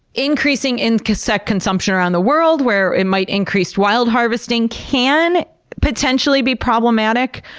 increasing insect consumption around the world, where it might increase wild harvesting, can potentially be problematic,